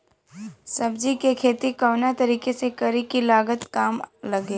सब्जी के खेती कवना तरीका से करी की लागत काम लगे?